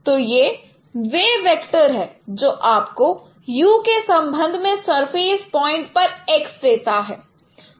तो यह वह वेक्टर है जो आपको u के संबंध में सरफेस पॉइंट पर X देता है